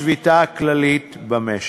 משביתה כללית במשק.